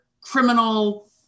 criminal